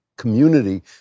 Community